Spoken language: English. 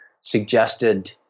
suggested